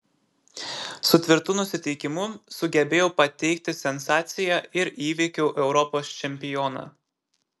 su tvirtu nusiteikimu sugebėjau pateikti sensaciją ir įveikiau europos čempioną